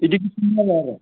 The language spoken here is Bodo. बिदि खालामलायो आरो